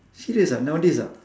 serious ah nowadays ah